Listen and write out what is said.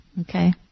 Okay